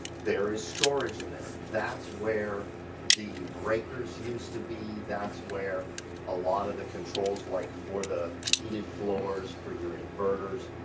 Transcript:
there is storage in there, that's where the breakers used to be, that's where a lot of the controls like for the, heated floors, for your inverters,